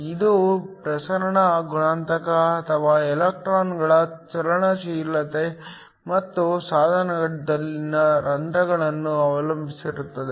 ಇದು ಪ್ರಸರಣ ಗುಣಾಂಕ ಅಥವಾ ಎಲೆಕ್ಟ್ರಾನ್ಗಳ ಚಲನಶೀಲತೆ ಮತ್ತು ಸಾಧನದಲ್ಲಿನ ರಂಧ್ರಗಳನ್ನು ಅವಲಂಬಿಸಿರುತ್ತದೆ